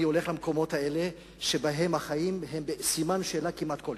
אני הולך למקומות האלה שבהם החיים הם בסימן שאלה כמעט כל יום.